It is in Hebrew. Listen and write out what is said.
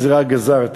גזירה גזרתי.